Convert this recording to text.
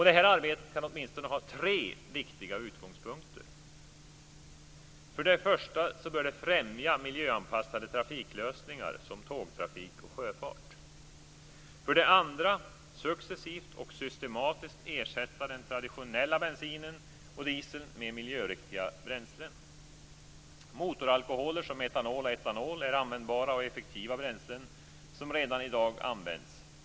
Det här arbetet kan åtminstone ha tre viktiga utgångspunkter. För det första bör det främja miljöanpassade trafiklösningar som tågtrafik och sjöfart. För det andra bör det successivt och systematiskt ersätta den traditionella bensinen och dieseln med miljöriktiga bränslen. Motoralkoholer som metanol och etanol är användbara och effektiva bränslen som redan i dag används.